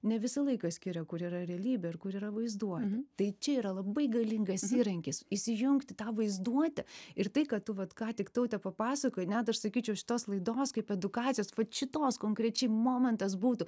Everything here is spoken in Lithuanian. ne visą laiką skiria kur yra realybė ir kur yra vaizduotė tai čia yra labai galingas įrankis įsijungti tą vaizduotę ir tai ką tu vat ką tik taute papasakojai net aš sakyčiau šitos laidos kaip edukacijos vat šitos konkrečiai momentas būtų